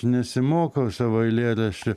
nesimokau savo eilėraščių